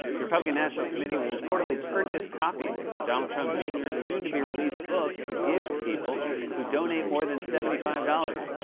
the republican national committee will reportedly purchase copies of donald trump jr s soon-to-be-released book to give to people who donate more than seventy five dollars.